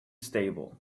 stable